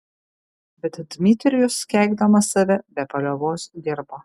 bet dmitrijus keikdamas save be paliovos dirbo